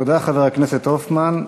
תודה, חבר הכנסת הופמן.